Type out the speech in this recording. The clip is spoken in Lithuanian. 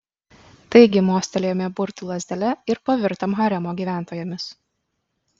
taigi mostelėjome burtų lazdele ir pavirtom haremo gyventojomis